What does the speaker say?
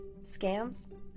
scams